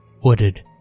wooded